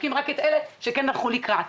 בודקים רק את אלה שהלכו על זה.